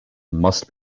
must